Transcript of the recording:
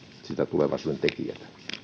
sitä tulevaisuuden tekijää tämä